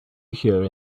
here